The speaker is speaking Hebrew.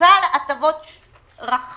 הטבות לרשות המקומית,